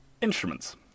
instruments